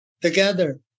Together